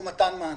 או מתן מענק,